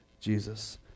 Jesus